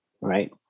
right